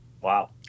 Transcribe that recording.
Wow